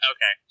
Okay